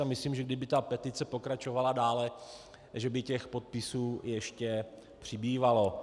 A myslím, že kdyby ta petice pokračovala dále, že by podpisů ještě přibývalo.